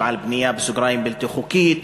על בנייה "בלתי חוקית",